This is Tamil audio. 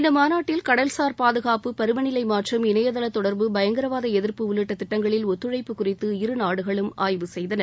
இந்த மாநாட்டில் கடல் சார் பாதுகாப்பு பருவநிலை மாற்றம் இணையதள தொடர்பு பயங்கரவாத எதிர்ப்பு உள்ளிட்ட திட்டங்களில் ஒத்துழைப்பு குறித்து இரு நாடுகளும் ஆய்வு செய்தன